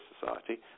Society